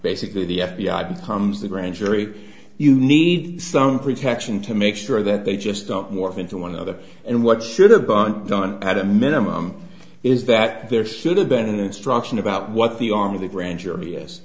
basically the f b i becomes the grand jury you need some protection to make sure that they just don't morph into one another and what should have been done at a minimum is that there should have been an instruction about what the arm of the grand jury